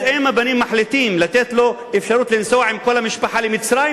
אם הבנים מחליטים לתת לו אפשרות לנסוע עם כל המשפחה למצרים,